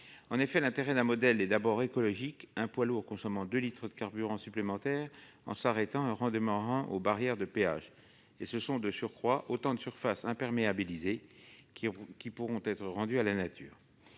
En effet, l'intérêt d'un tel modèle est d'abord écologique : un poids lourd consomme deux litres de carburant supplémentaires en s'arrêtant et en redémarrant aux barrières de péage. Et ce sont de surcroît autant de surfaces imperméabilisées qui pourront être rendues à la nature.